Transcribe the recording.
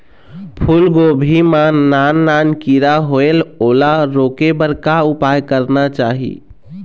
फूलगोभी मां नान नान किरा होयेल ओला रोके बर का उपाय करना चाही?